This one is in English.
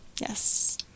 Yes